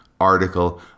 article